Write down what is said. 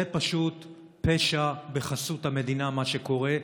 זה פשוט פשע בחסות המדינה מה שקורה.